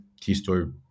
t-store